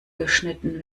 geschnitten